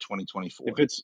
2024